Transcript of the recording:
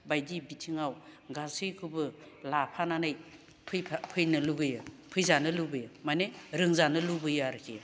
बायदि बिथिङाव गासैखौबो लाफानानै फैनो लुबैयो फैजानो लुबैयो माने रोंजानो लुबैयो आरोखि